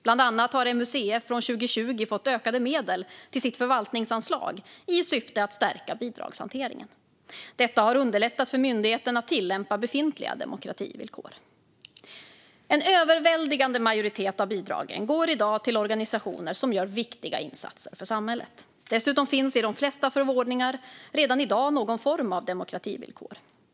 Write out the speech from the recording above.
Bland annat har MUCF från 2020 fått ökade medel till sitt förvaltningsanslag i syfte att stärka bidragshanteringen. Detta har underlättat för myndigheten att tillämpa befintliga demokrativillkor. En överväldigande majoritet av bidragen går i dag till organisationer som gör viktiga insatser för samhället. Dessutom finns i de flesta förordningar redan i dag någon form av demokrativillkor.